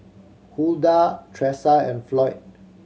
Huldah Tresa and Floyd